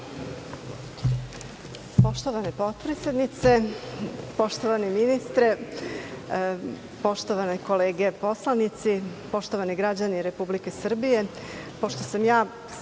Hvala. Poštovana potpredsednice, poštovani ministre, poštovane kolege poslanici, poštovani građani Republike Srbije, pošto sam ja